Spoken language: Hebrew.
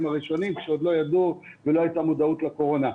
הראשונים כשעוד לא ידעו ולא הייתה מודעות לקורונה.